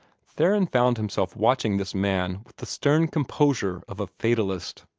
theron found himself watching this man with the stern composure of a fatalist.